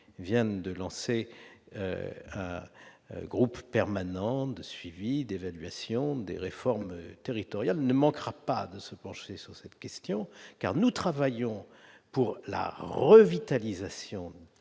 en place un groupe permanent de suivi et d'évaluation des réformes territoriales, ne manquera pas de se pencher sur cette question. Nous travaillons, en effet, pour la revitalisation des